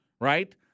right